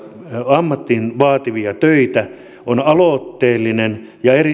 ammatin vaatimia töitä on aloitteellinen ja